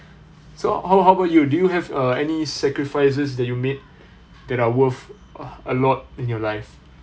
so how how about you do you have uh any sacrifices that you made that are worth a lot in your life